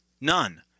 None